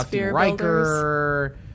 Riker